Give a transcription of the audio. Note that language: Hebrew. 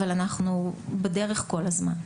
אבל אנחנו בדרך כל הזמן.